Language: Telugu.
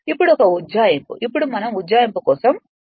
ఇప్పుడు ఒక ఉజ్జాయింపు ఇప్పుడు మనం ఉజ్జాయింపు కోసం వెళ్తాము